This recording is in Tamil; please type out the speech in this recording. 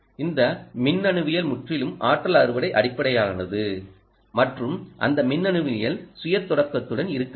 இந்த மின்னணுவியல் முற்றிலும் ஆற்றல் அறுவடை அடிப்படையிலானது மற்றும் அந்த மின்னணுவியல் சுய தொடக்கத்துடன் இருக்க வேண்டும்